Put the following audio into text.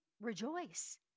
rejoice